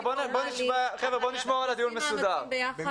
בואו נשמור על הדיון מסודר.